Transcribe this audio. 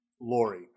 Lori